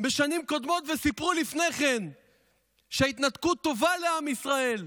בשנים קודמות וסיפרו לפני כן שההתנתקות טובה לעם ישראל.